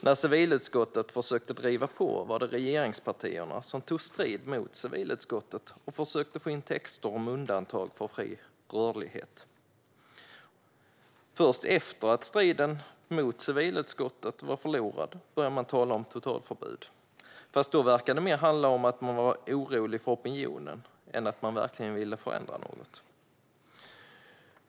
När civilutskottet försökte driva på var det regeringspartierna som tog strid mot civilutskottet och försökte få in texter om undantag för fri rörlighet. Först efter att striden mot civilutskottet var förlorad började man tala om totalförbud, fast då verkade det mer handla om att man var orolig för opinionen än att man verkligen ville förändra något.